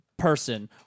person